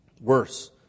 Worse